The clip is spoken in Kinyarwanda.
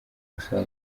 gusaba